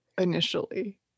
initially